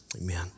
amen